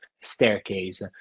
staircase